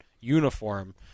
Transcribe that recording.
uniform